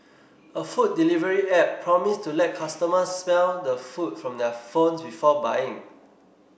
a food delivery app promised to let customers smell the food from their phones before buying